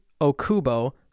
Okubo